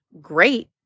great